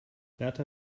berta